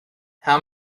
how